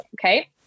Okay